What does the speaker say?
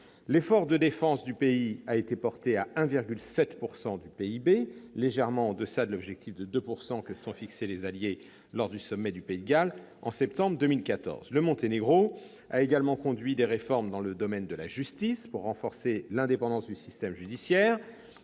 L'effort de défense du pays a été porté à 1,7 % du PIB, légèrement en deçà de l'objectif de 2 % que se sont fixé les alliés lors du sommet du Pays de Galles en septembre 2014. Le Monténégro a également conduit des réformes dans le domaine de la justice, pour renforcer l'indépendance du système judiciaire,